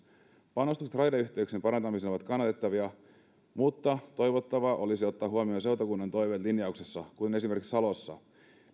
panostukset raideyhteyksien parantamiseen ovat kannatettavia mutta toivottavaa olisi ottaa huomioon seutukunnan toiveet linjauksessa niin kuin esimerkiksi salossa